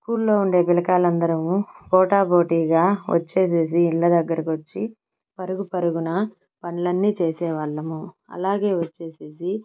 స్కూల్లో ఉండే పిల్లకాయలందరమూ పోటాపోటీగా వచ్చేసేసి ఇళ్ళ దగ్గరకు వచ్చి పరుగు పరుగున పనులన్నీ చేసేవాళ్ళము అలాగే వచ్చేసేసి